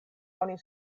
oni